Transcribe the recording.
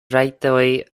rajtoj